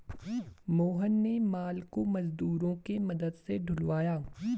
मोहन ने माल को मजदूरों के मदद से ढूलवाया